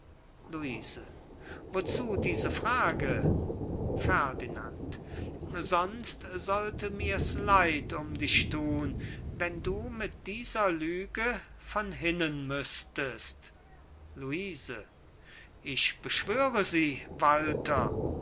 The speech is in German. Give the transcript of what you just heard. luise wozu diese frage ferdinand sonst sollte mir's leid um dich thun wenn du mit einer lüge von hinnen müßtest luise ich beschwöre sie